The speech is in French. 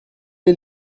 est